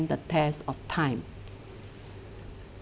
the test of time